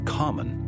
common